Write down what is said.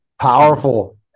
Powerful